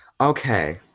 okay